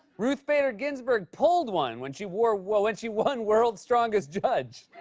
ruth bader ginsburg pulled one when she wore wore when she won world's strongest judge.